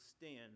stand